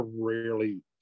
rarely